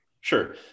Sure